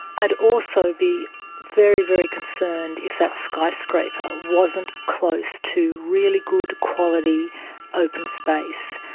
i'd also be very, very concerned if that skyscraper wasn't close to really good quality open space.